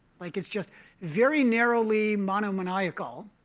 like it's just very narrowly monomaniacal.